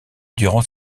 durant